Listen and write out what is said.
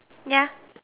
yeah